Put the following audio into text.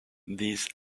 these